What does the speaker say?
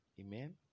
amen